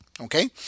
Okay